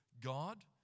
God